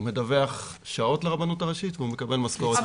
הוא מדווח שעות לרבנות הראשית ומקבל מהם משכורת.